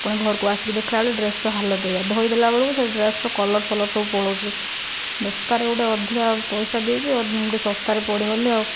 ପୁଣି ଘରକୁ ଆସିକି ଦେଖିଲାବେଳକୁ ଡ୍ରେସ୍ର ହାଲତ ଏଇଆ ଧୋଇଦେଲା ବେଳକୁ ସେ ଡ୍ରେସ୍ର କଲର୍ ଫଲର୍ ସବୁ ପଳାଉଛି ବେକାରରେ ଗୋଟିଏ ଅଧିକା ପଇସା ଦେଇକି ଶସ୍ତାରେ ପଡ଼ିଗଲି ଆଉ